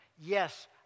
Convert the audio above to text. Yes